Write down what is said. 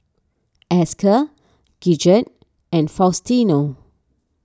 Esker Gidget and Faustino